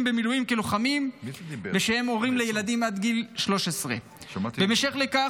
במילואים כלוחמים ושהם הורים לילדים עד גיל 13. בהמשך לכך